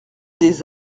des